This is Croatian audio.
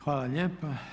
Hvala lijepa.